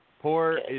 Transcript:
Poor